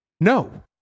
no